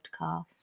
podcast